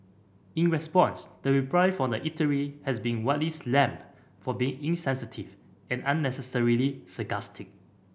in response the reply from the eatery has been widely slammed for being insensitive and unnecessarily sarcastic